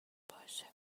باشه